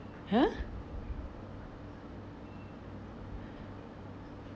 !huh!